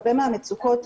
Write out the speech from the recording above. הרבה מהמצוקות,